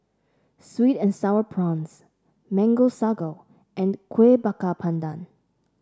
sweet and sour prawns Mango Sago and Kueh Bakar Pandan